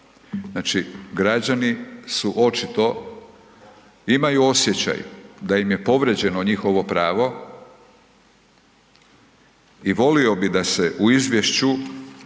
Ustava, građani su očito, imaju osjećaj da im je povrijeđeno njihovo pravo i volio bi da se u izvješću